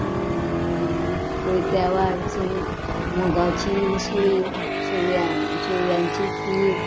कोयत्या वाल सुंग मुगाची उसळी शेवया शेवयांची खीर